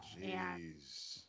jeez